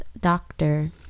Doctor